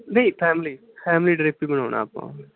ਨਹੀਂ family family trip ਹੀ ਬਣਾਉਣਾ ਆਪਾਂ